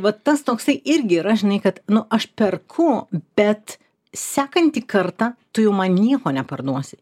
vat tas toksai irgi yra žinai kad nu aš perku bet sekantį kartą tu jau man nieko neparduosi